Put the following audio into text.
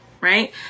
right